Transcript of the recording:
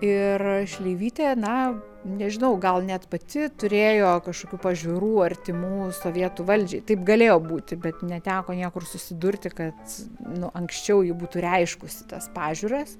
ir šleivytė na nežinau gal net pati turėjo kažkokių pažiūrų artimų sovietų valdžiai taip galėjo būti bet neteko niekur susidurti kad nu anksčiau ji būtų reiškusi tas pažiūras